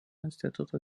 instituto